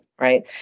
right